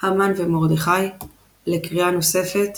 המן ומרדכי לקריאה נוספת